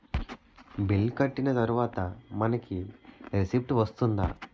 Bill కట్టిన తర్వాత మనకి రిసీప్ట్ వస్తుందా?